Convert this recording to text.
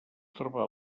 troba